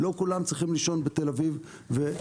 לא כולם צריכים לישון בתל אביב וירושלים.